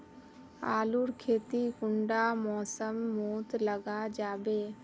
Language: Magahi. आलूर खेती कुंडा मौसम मोत लगा जाबे?